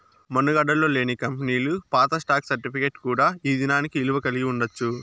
మనుగడలో లేని కంపెనీలు పాత స్టాక్ సర్టిఫికేట్ కూడా ఈ దినానికి ఇలువ కలిగి ఉండచ్చు